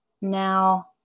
now